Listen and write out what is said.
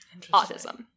autism